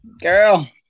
girl